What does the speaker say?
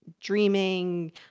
Dreaming